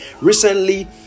Recently